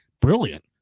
Brilliant